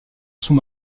sous